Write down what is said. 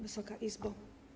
Wysoka Izbo!